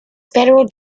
federal